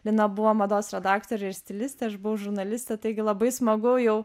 lina buvo mados redaktorė ir stilistė aš buvau žurnalistė taigi labai smagu jau